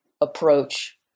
approach